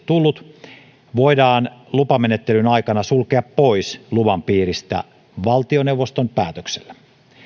tullut voidaan lupamenettelyn aikana sulkea pois luvan piiristä valtioneuvoston päätöksellä